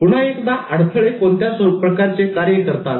पुन्हा एकदा अडथळे कोणत्या प्रकारचे कार्य करतात